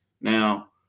Now